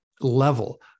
level